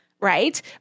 right